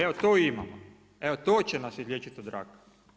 Evo to imamo, evo to će nas izliječiti od raka.